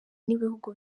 n’ibihugu